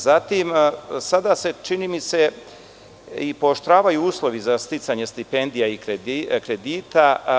Zatim, sada se, čini mi se i pooštravaju uslovi za sticanje stipendija i kredita.